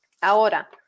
Ahora